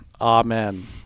Amen